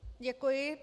Děkuji.